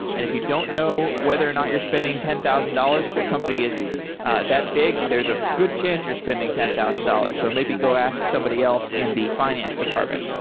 if you don't know whether or not you're spending ten thousand dollars, if your company is that big, there's a good chance you're spending ten thousand dollars. so maybe go ask somebody else in the finance department.